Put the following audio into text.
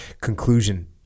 Conclusion